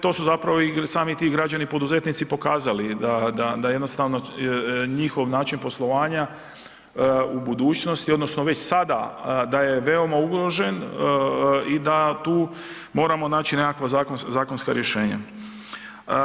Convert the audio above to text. To su zapravo i sami ti građani, poduzetnici pokazali, da jednostavno njihov način poslovanja u budućnosti, odnosno već sada da je veoma ugrožen i da tu moramo naći nekakva zakonska rješenja.